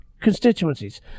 constituencies